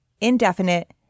indefinite